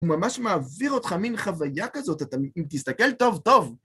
הוא ממש מעביר אותך מין חוויה כזאת, אם תסתכל, טוב טוב.